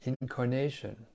incarnation